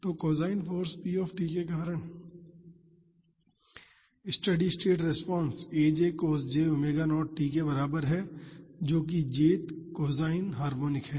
तो cosine force p के कारण steady state response aj cos j ⍵0t के बराबर है जो कि jth कोसाइन हार्मोनिक है